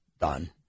done